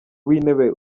w’intebe